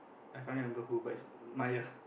I can't remember who but it's Maya